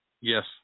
Yes